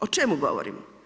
O čemu govorim?